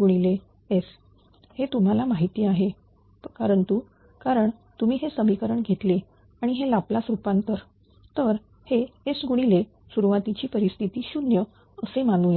2Hf0s हे तुम्हाला माहिती आहे परंतु कारण तुम्ही हे समीकरण घेतले आणि हे लाप्लास रूपांतर तर हे S गुणिले सुरुवातीची परिस्थिती 0 असे मानू या